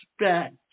expect